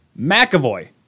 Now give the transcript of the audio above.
McAvoy